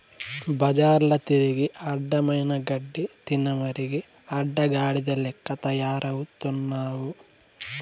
బజార్ల తిరిగి అడ్డమైన గడ్డి తినమరిగి అడ్డగాడిద లెక్క తయారవుతున్నావు